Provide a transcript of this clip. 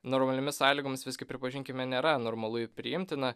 normaliomis sąlygomis visgi pripažinkime nėra normalu ir priimtina